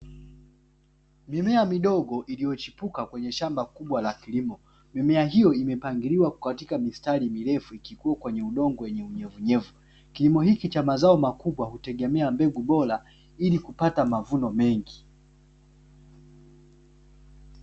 Mimea midogo iliyochipuka kwenye shamba kubwa la kilimo. Mimea hiyo imepangiliwa katika mistari mirefu ikikua kwenye udongo wenye unyevunyevu. Kilimo hiki cha mazao makubwa hutegemea mbegu bora ili kupata mavuno mengi.